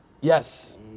yes